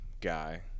guy